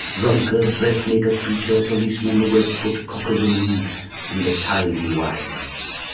drunkard, dressmaker, preacher, policeman, the webfoot cocklewomen and the tidy wives.